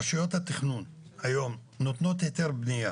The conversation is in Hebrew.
רשויות התכנון היום נותנות היתר בנייה,